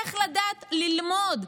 איך לדעת ללמוד.